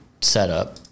setup